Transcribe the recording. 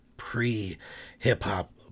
pre-hip-hop